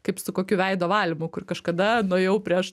kaip su kokiu veido valymu kur kažkada nuėjau prieš